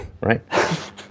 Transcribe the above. right